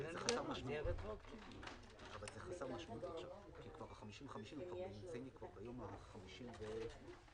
תיכף אני רוצה התייחסות למה שהעלה חבר הכנסת טיבי.